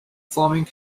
farming